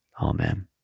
Amen